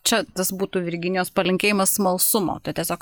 čia tas būtų virginijos palinkėjimas smalsumo to tiesiog